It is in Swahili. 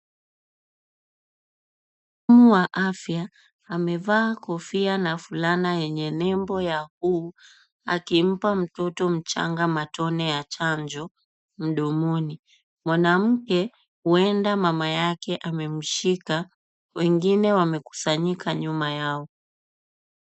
Mhudumu wa afya amevaa kofia na fulana yenye nembo ya WHO akimpa mtoto mchanga matone ya chanjo mdomoni. Mwanamke, huenda mama yake amemshika wengine wamekusanyika nyuma yao.